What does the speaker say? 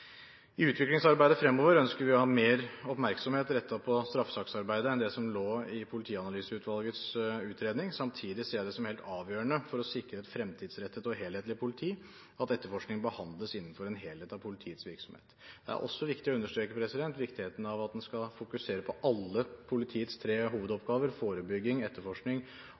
I utviklingsarbeidet fremover ønsker vi å ha mer oppmerksomhet rettet mot straffesaksarbeidet enn det som lå i politianalyseutvalgets utredning. Samtidig ser jeg det som helt avgjørende for å sikre et fremtidsrettet og helhetlig politi at etterforskningen behandles innenfor en helhet av politiets virksomhet. Det er også viktig å understreke viktigheten av at en skal fokusere på alle politiets tre hovedoppgaver: forebygging, etterforskning